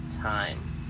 time